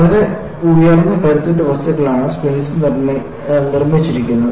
വളരെ ഉയർന്ന കരുത്തുറ്റ വസ്തുക്കളാണ് സ്പ്രിംഗ്സ് നിർമ്മിച്ചിരിക്കുന്നത്